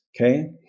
okay